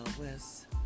west